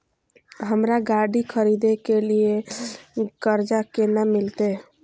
हमरा गाड़ी खरदे के लिए कर्जा केना मिलते?